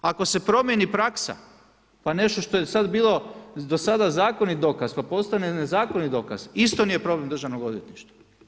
Ako se promijeni praksa, pa nešto je sad bilo, do sada zakonit dokaz, pa postane nezakonit dokaz, isto nije problem državnog odvjetništva.